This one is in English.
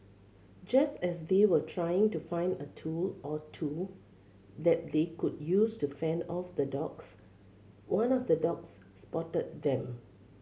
just as they were trying to find a tool or two that they could use to fend off the dogs one of the dogs spotted them